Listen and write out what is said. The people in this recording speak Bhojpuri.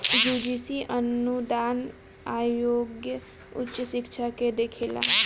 यूजीसी अनुदान आयोग उच्च शिक्षा के देखेला